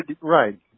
right